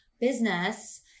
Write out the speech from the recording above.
business